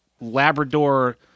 Labrador